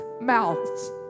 mouths